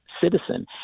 citizen